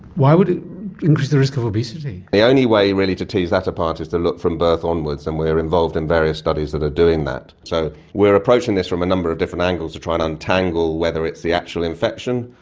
why would it increase the risk of obesity? the only way really to tease apart is to look from birth onwards, and we are involved in various studies that are doing that. so we are approaching this from a number of different angles to try and untangle whether it's the actual infection,